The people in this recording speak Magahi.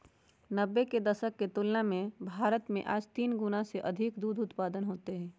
नब्बे के दशक के तुलना में भारत में आज तीन गुणा से अधिक दूध उत्पादन होते हई